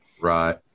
Right